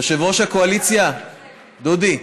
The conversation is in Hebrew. יושב-ראש הקואליציה, דודי,